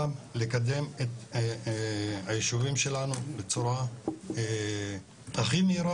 לקדם את היישובים שלנו בצורה מהירה,